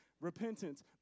Repentance